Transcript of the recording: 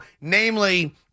namely